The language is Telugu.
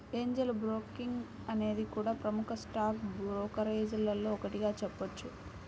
ఏంజెల్ బ్రోకింగ్ అనేది కూడా ప్రముఖ స్టాక్ బ్రోకరేజీల్లో ఒకటిగా చెప్పొచ్చు